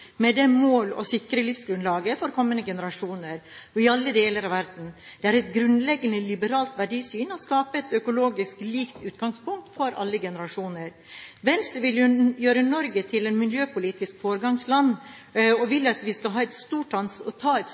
med det mål å sikre livsgrunnlaget for kommende generasjoner i alle deler av verden. Det er et grunnleggende liberalt verdisyn og skaper et økologisk likt utgangspunkt for alle generasjoner. Venstre vil gjøre Norge til et miljøpolitisk foregangsland og vil at vi skal ta et